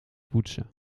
poetsen